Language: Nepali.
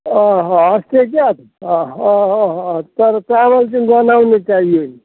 अँ हस्ते क्या त अँ अँ अँ तर चामल चाहिँ गनाउने चाहियो नि